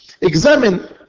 Examine